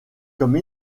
comme